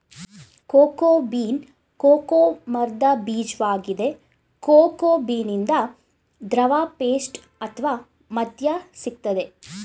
cocoa bean cocoa ಮರ್ದ ಬೀಜ್ವಾಗಿದೆ cocoa ಬೀನಿಂದ ದ್ರವ ಪೇಸ್ಟ್ ಅತ್ವ ಮದ್ಯ ಸಿಗ್ತದೆ